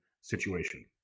situation